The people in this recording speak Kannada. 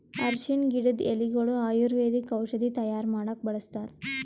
ಅರ್ಷಿಣ್ ಗಿಡದ್ ಎಲಿಗೊಳು ಆಯುರ್ವೇದಿಕ್ ಔಷಧಿ ತೈಯಾರ್ ಮಾಡಕ್ಕ್ ಬಳಸ್ತಾರ್